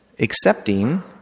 Accepting